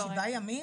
השבעה ימים?